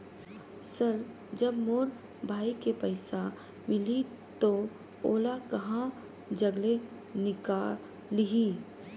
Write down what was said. Sir जब मोर भाई के पइसा मिलही तो ओला कहा जग ले निकालिही?